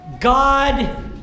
God